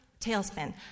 Tailspin